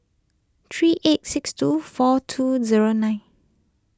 three eight six two four two zero nine